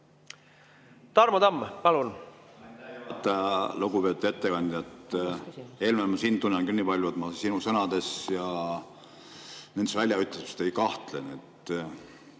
Tarmo Tamm, palun!